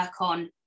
on